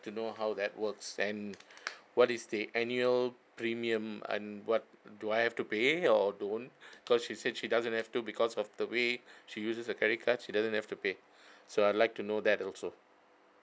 to know how that works and what is the annual premium and what do I have to pay or don't cause she said she doesn't have to because of the way she uses her credit card she doesn't have to pay so I'd like to know that also